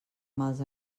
mals